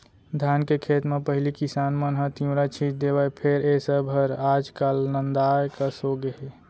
धान के खेत म पहिली किसान मन ह तिंवरा छींच देवय फेर ए सब हर आज काल नंदाए कस होगे हे